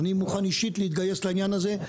אני מוכן אישית להתגייס לעניין הזה,